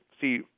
see